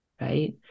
Right